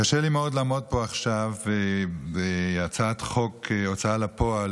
קשה לי מאוד לעמוד פה עכשיו בהצעת חוק ההוצאה לפועל,